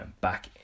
back